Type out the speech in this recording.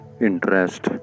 interest